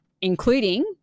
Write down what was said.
including